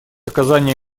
оказание